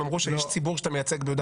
אמרו שיש ציבור שאתה מייצג ביהודה ושומרון.